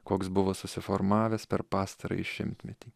koks buvo susiformavęs per pastarąjį šimtmetį